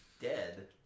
dead